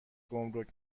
گمرگ